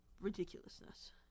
Ridiculousness